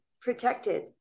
protected